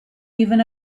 even